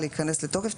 להיכנס לתוקף.